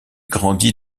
grandit